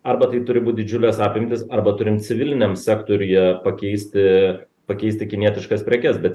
arba tai turi būt didžiulės apimtys arba turim civiliniam sektoriuje pakeisti pakeisti kinietiškas prekes bet